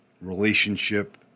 relationship